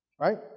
right